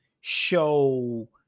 show